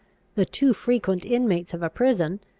the too frequent inmates of a prison,